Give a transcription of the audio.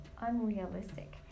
unrealistic